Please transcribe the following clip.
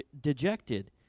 dejected